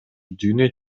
дүйнө